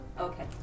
Okay